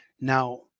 Now